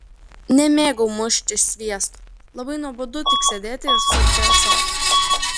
nemėgau mušti sviesto labai nuobodu tik sėdėti ir supti ąsotį